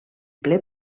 ple